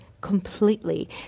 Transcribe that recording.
completely